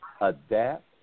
Adapt